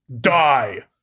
die